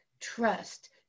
trust